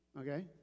Okay